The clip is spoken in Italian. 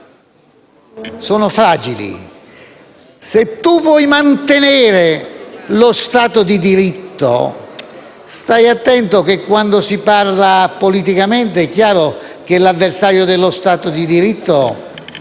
sono fragili. Se si vuole mantenere lo Stato di diritto, bisogna stare attenti, perché quando si parla politicamente è chiaro che l'avversario dello Stato di diritto